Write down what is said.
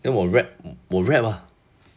then 我 rap 我 rap ah